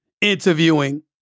interviewing